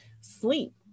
sleep